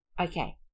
Okay